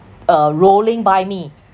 uh rolling by me